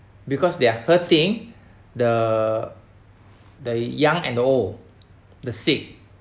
because they are hurting the the young and the old the sick